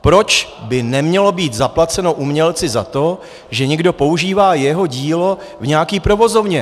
Proč by nemělo být zaplaceno umělci za to, že někdo používá jeho dílo v nějaké provozovně?